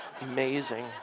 amazing